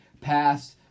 passed